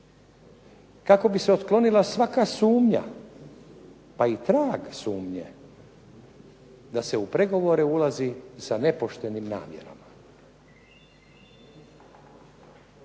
kako bi se otklonila svaka sumnja, pa i trag sumnje da se u pregovore ulazi sa nepoštenim namjerama.